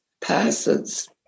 passes